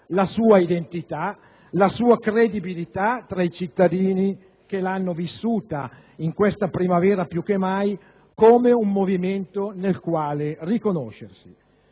la sua identità, la sua credibilità tra i cittadini che l'hanno vissuta, in questa primavera più che mai, come un movimento nel quale riconoscersi.